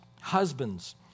husbands